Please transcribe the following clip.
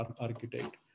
architect